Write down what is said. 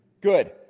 good